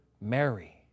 Mary